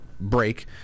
break